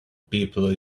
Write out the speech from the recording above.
people